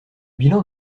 bilan